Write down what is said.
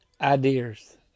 ideas